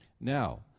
Now